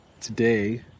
today